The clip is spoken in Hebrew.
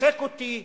חשק אותי,